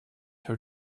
her